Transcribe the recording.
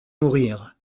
mourir